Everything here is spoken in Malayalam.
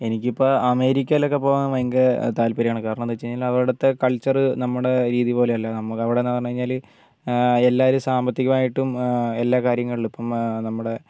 എനിക്ക് ഇപ്പം അമേരിക്കയിലൊക്കെ പോകാൻ ഭയങ്കര താല്പര്യമാണ് കാരണം എന്ന് വെച്ചു കഴിഞ്ഞാൽ അവിടുത്തെ കൾച്ചർ നമ്മുടെ രീതി പോലെ അല്ല നമുക്ക് അവിടെ എന്ന് പറഞ്ഞുകഴിഞ്ഞാൽ എല്ലാവരും സാമ്പത്തികമായിട്ടും എല്ലാ കാര്യങ്ങളിലും ഇപ്പം നമ്മുടെ